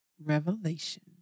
revelation